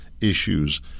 issues